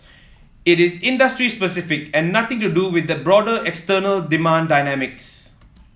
it is industry specific and nothing to do with the broader external demand dynamics